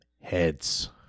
Heads